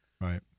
right